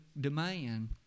demand